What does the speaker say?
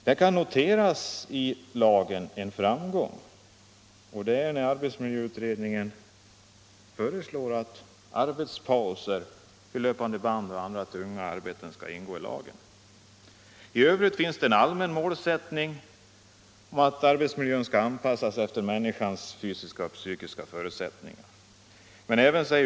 Det är en framgång att arbetsmiljöutredningen föreslagit att en bestämmelse om pauser i arbeten vid löpande band och i andra tunga arbeten skall ingå i lagen. I övrigt finns en allmän målsättning om att arbetsmiljön skall anpassas efter människans psykiska och fysiska förutsättningar.